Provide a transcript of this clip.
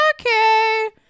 okay